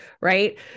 right